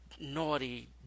naughty